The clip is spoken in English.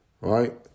right